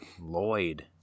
lloyd